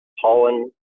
pollen